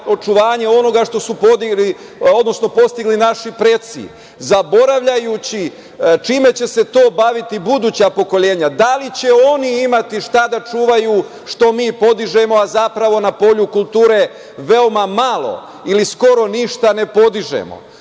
očuvanje onoga što su postigli naši preci, zaboravljajući čime će se to baviti buduća pokolenja. Da li će oni imati šta da čuvaju što mi podižemo, a zapravo na polju kulture veoma malo ili skoro ništa ne podižemo. Drugi